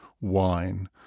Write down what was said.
wine